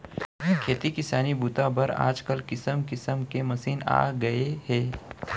खेती किसानी बूता बर आजकाल किसम किसम के मसीन आ गए हे